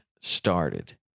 started